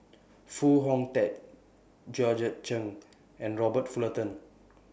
Foo Hong Tatt Georgette Chen and Robert Fullerton